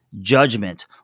judgment